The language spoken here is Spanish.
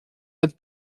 del